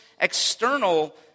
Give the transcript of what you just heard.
external